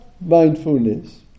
mindfulness